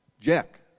Jack